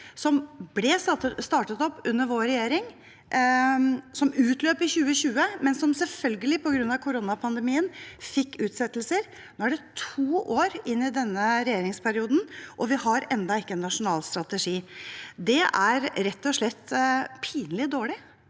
som ble startet opp under vår regjering, som utløp i 2020, men som på grunn av koronapandemien selvfølgelig fikk utsettelser. Nå er vi to år inn i denne regjeringsperioden, og vi har ennå ikke en nasjonal strategi. Det er rett og slett pinlig dårlig.